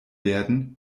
werden